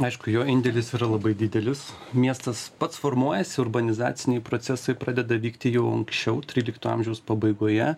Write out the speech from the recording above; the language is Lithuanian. aišku jo indėlis yra labai didelis miestas pats formuojasi urbanizaciniai procesai pradeda vykti jau anksčiau trylikto amžiaus pabaigoje